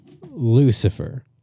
Lucifer